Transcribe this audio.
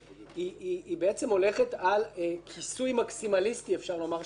היא הולכת על כיסוי מקסימלי של החוק,